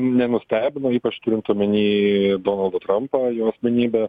nenustebino ypač turint omeny donaldą trampą jo asmenybę